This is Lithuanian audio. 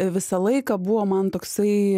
visą laiką buvo man toksai